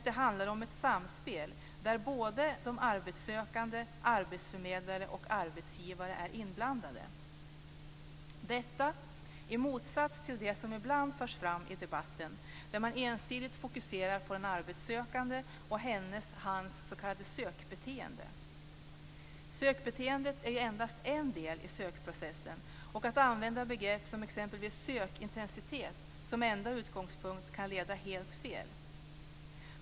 Det handlar om ett samspel där såväl arbetssökande som arbetsförmedlare och arbetsgivare är inblandade; detta i motsats till det som ibland förs fram i debatten där man ensidigt fokuserar på den arbetssökande och hennes eller hans s.k. sökbeteende. Sökbeteendet är endast en del i sökprocessen och att använda begrepp som exempelvis sökintensitet som enda utgångspunkt kan leda helt fel.